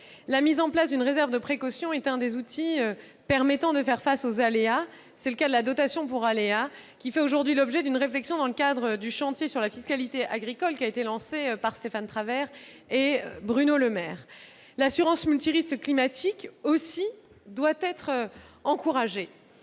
La mise en place d'une réserve de précaution est l'un des outils permettant de faire face aux aléas. Tel est le cas de la dotation pour aléas, qui fait aujourd'hui l'objet d'une réflexion dans le cadre du chantier sur la fiscalité agricole lancé par MM. Stéphane Travert et Bruno Le Maire. L'assurance multirisque climatique doit aussi être encouragée.